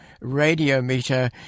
Radiometer